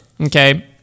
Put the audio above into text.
okay